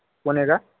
पुणे का